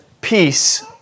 peace